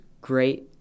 great